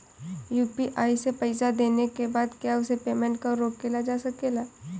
UPI से पईसा देने के बाद क्या उस पेमेंट को रोकल जा सकेला?